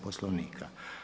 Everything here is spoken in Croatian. Poslovnika.